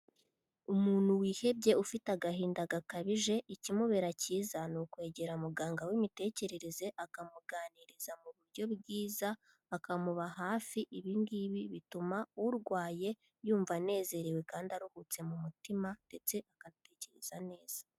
Umuntu wihebye ufite agahinda gakabije ikimubera cyiza ni ukwegera muganga w'imitekerereze akamuganiriza mu buryo bwiza, akamuba hafi ibi ngibi bituma urwaye yumva anezerewe kandi aruhutse mu mutima ndetse agatekereza neza.